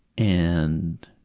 and